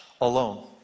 alone